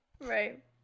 Right